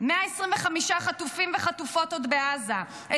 125 חטופים וחטופות עוד בעזה,